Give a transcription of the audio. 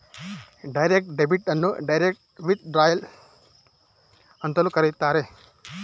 direct debit ಅನ್ನು direct withdrawal ಅಂತಲೂ ಕರೆಯುತ್ತಾರೆ